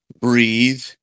breathe